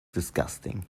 disgusting